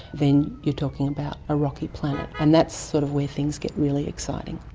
then you're talking about a rocky planet. and that's sort of where things get really exciting.